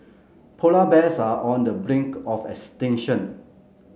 polar bears are on the brink of extinction